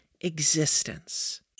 existence